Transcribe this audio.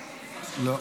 לא.